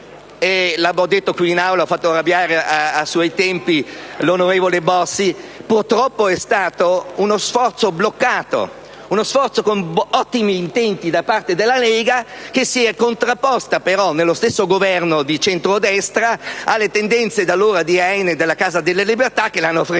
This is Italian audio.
già detto qui in Aula facendo arrabbiare a suo tempo l'onorevole Bossi - che questo purtroppo è stato uno sforzo bloccato, uno sforzo con ottimi intenti da parte della Lega che si è contrapposto però, nello stesso Governo di centrodestra, alle tendenze di allora di Alleanza Nazionale e della Casa delle Libertà, che l'hanno frenato.